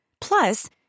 Plus